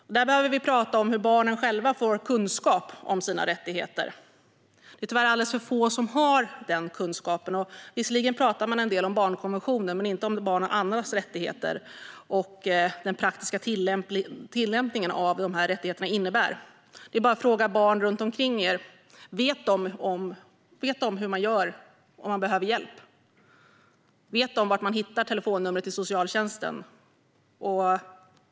Vi behöver prata om hur barnen själva ska få kunskap om sina rättigheter. Det är tyvärr alldeles för få som har den kunskapen. Visserligen pratar man en del om barnkonventionen, men inte om barns andra rättigheter och vad den praktiska tillämpningen av dessa rättigheter innebär. Det är bara att fråga barn själva. Vet de hur man gör om man behöver hjälp? Vet de var man hittar telefonnumret till socialtjänsten?